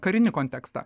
karinį kontekstą